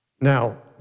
Now